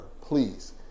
Please